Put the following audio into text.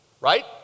Right